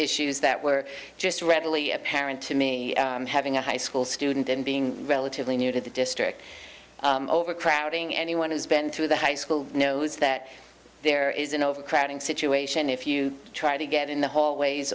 issues that were just readily apparent to me having a high school student and being relatively new to the district overcrowding anyone who's been through the high school knows that there is an overcrowding situation if you try to get in the hallways